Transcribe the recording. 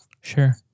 Sure